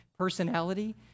Personality